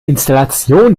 installation